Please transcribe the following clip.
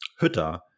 Hütter